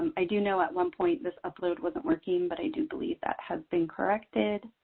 and i do know at one point, this upload wasn't working, but i do believe that has been corrected.